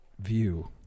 view